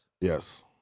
Yes